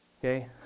Okay